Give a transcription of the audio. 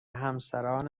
همسران